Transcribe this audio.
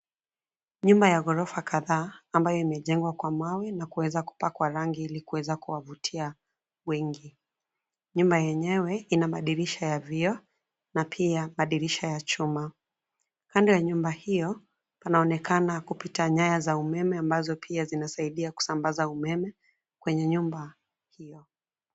Nyumba ya ghorofa kadhaa ambayo imejengwa kwa mawe na kuweza kupangwa rangi ili kuweza kuwavutia wengi. Nyumba yenyewe ina madirisha ya vioo na pia madirisha ya chuma. Kando ya nyumba hiyo panaonekana kupita nyaya za umeme ambazo pia zinasaidia kusambaza umeme kwenye nyumba hiyo.